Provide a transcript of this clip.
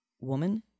woman